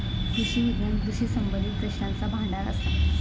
कृषी विज्ञान कृषी संबंधीत प्रश्नांचा भांडार असा